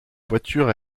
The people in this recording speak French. voiture